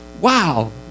Wow